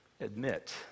admit